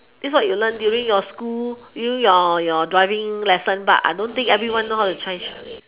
this is what you learn during your school during your your driving lesson but I don't think everyone know how to change